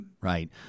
Right